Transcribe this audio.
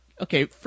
Okay